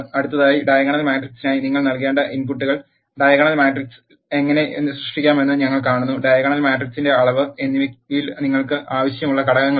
അടുത്തതായി ഡയഗണൽ മാട്രിക്സിനായി നിങ്ങൾ നൽകേണ്ട ഇൻപുട്ടുകൾ ഡയഗണൽ മാട്രിക്സിൽ എങ്ങനെ സൃഷ്ടിക്കാമെന്ന് ഞങ്ങൾ കാണുന്നു ഡയഗണൽ മാട്രിക്സിന്റെ അളവ് എന്നിവയിൽ നിങ്ങൾക്ക് ആവശ്യമുള്ള ഘടകങ്ങളാണ്